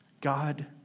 God